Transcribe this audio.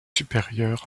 supérieur